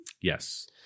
Yes